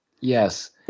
Yes